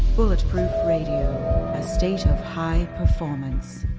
bulletproof radio. a state of high performance.